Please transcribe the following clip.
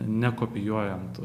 ne kopijuojant